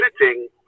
editing